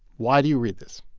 why do you read this?